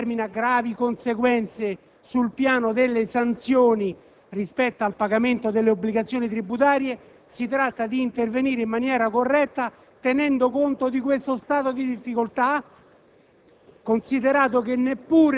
Ora, tutto ciò determina gravi conseguenze sul piano delle sanzioni rispetto al pagamento delle obbligazioni tributarie; si tratta di intervenire in maniera corretta, tenendo conto di questo stato di difficoltà,